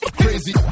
crazy